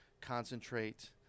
concentrate –